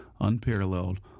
unparalleled